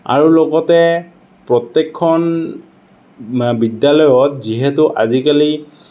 আৰু লগতে প্ৰত্যেকখন বিদ্যালয়ত যিহেতু আজিকালি